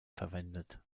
verwendet